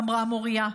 אמרה מוריה.